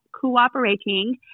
cooperating